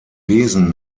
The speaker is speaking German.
wesen